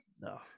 No